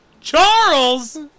Charles